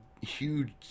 huge